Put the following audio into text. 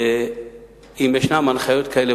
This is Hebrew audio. אם ישנן הנחיות כאלה,